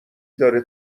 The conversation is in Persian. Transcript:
داره